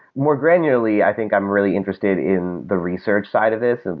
more granularly, i think i'm really interested in the research side of this, and